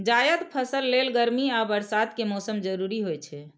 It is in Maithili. जायद फसल लेल गर्मी आ बरसात के मौसम जरूरी होइ छै